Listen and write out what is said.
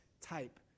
type